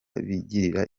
bigirira